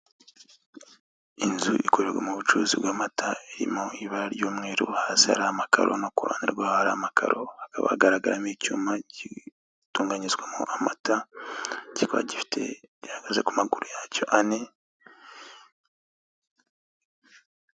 Inzu ikorerwamo ubucuruzi bw'amata irimo ibara ry'umweru hasi hari amakaro no kuruhande rwaho hari amakaro hakaba hagaragaramo icyuma gitunganyirizwamo amata kikaba gifite gihagaze ku maguru yacyo ane.